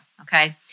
Okay